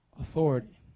authority